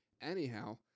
anyhow